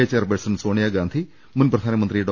A chairperson Sonia Gandhi മുൻ പ്രധാനമന്ത്രി ഡോ